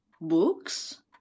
Books